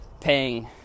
paying